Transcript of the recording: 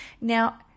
Now